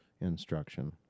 instruction